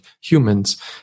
humans